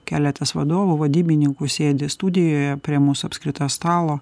keletas vadovų vadybininkų sėdi studijoje prie mūsų apskrito stalo